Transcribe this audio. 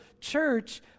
church